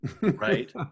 Right